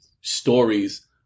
stories